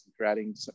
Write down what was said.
creating